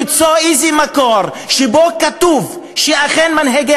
למצוא איזה מקור שבו כתוב שאכן מנהיגי